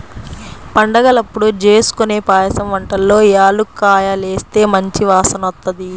పండగలప్పుడు జేస్కొనే పాయసం వంటల్లో యాలుక్కాయాలేస్తే మంచి వాసనొత్తది